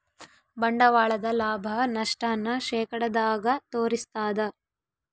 ಬಂಡವಾಳದ ಲಾಭ, ನಷ್ಟ ನ ಶೇಕಡದಾಗ ತೋರಿಸ್ತಾದ